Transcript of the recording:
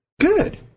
Good